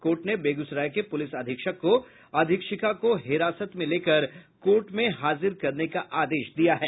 court ने बेगूसराय के police अधीक्षक को अधीक्षिका को हिरासत में लेकर कोर्ट में हाजिर करने का आदेश दिया है